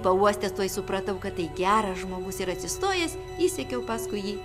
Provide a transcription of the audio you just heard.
pauostęs tuoj supratau kad tai geras žmogus ir atsistojęs išsekiau paskui jį